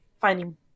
finding